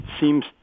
seems